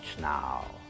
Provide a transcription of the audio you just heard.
now